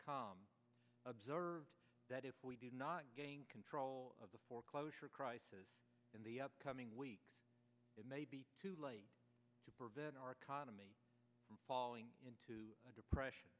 com observed that if we did not gain control of the foreclosure crisis in the upcoming week it may be too late to prevent our economy falling into a depression